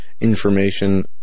Information